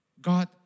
God